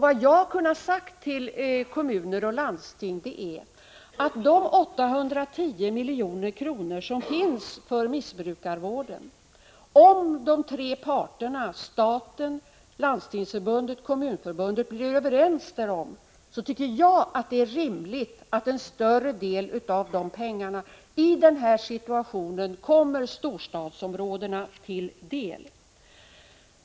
Vad jag har kunnat säga till kommuner och landsting när det gäller pengar är, att om de tre parterna staten, Landstingsförbundet och Kommunförbundet blir överens därom, tycker jag att det är rimligt att en större del av de 810 milj.kr. som finns för missbrukarvården i den här situationen kommer storstadsområdena till del.